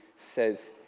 says